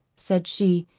said she,